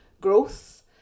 growth